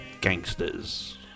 Gangsters